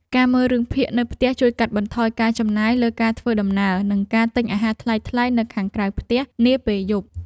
ការមើលរឿងភាគនៅផ្ទះជួយកាត់បន្ថយការចំណាយលើការធ្វើដំណើរនិងការទិញអាហារថ្លៃៗនៅខាងក្រៅផ្ទះនាពេលយប់។